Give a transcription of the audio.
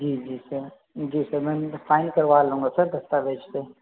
जी जी सर जी सर मैं साइन करवा लूँगा सब दस्तावेज़ पर